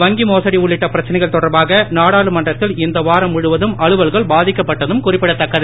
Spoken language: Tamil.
வங்கி மோசடி உள்ளிட்ட பிரச்னைகள் தொடர்பாக நாடாளுமன்றத்தில் இந்த வாரம் முழுவதும் அலுவல்கள் பாதிக்கப்பட்டதும் குறிப்பிடத்தக்கது